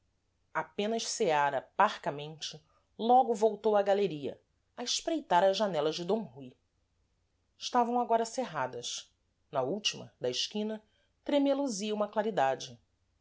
apenas ceara parcamente logo voltou à galeria a espreitar as janelas de d rui estavam agora cerradas na última da esquina tremeluzia uma claridade